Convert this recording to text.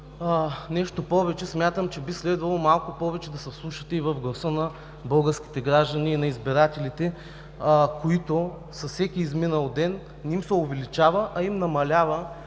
Нещо повече, смятам, че би следвало малко повече да се вслушате и в гласа на българските граждани, на избирателите, които с всеки изминат ден не им се увеличава, а им намалява